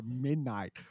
midnight